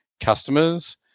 customers